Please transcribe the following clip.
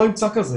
הוא לא ימצא כזה.